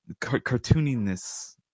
Cartooniness